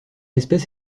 espèce